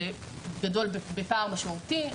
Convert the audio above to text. בפער משמעותי,